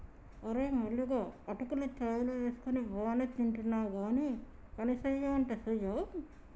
ఓరే మల్లిగా అటుకులు చాయ్ లో వేసుకొని బానే తింటున్నావ్ గానీ పనిసెయ్యమంటే సెయ్యవ్